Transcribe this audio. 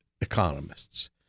economists